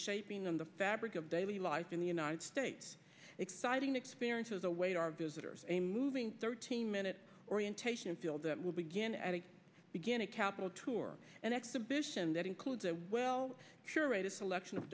shaping of the fabric of daily life in the united states exciting experiences await our visitors a moving thirteen minute orientation feel that will begin at the beginning capital tour an exhibition that includes a well sure write a selection of